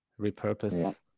Repurpose